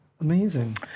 Amazing